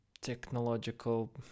technological